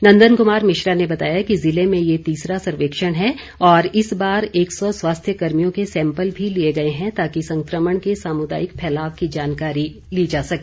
नंदन कुमार मिश्रा ने बताया कि ज़िले में ये तीसरा सर्वेक्षण है और इस बार एक सौ स्वास्थ्य कर्मियों के सैंपल भी लिए गए हैं ताकि संक्रमण के सामुदायिक फैलाव की जानकारी ली जा सके